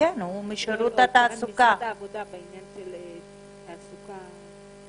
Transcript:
במשרד העבודה והרווחה.